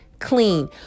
clean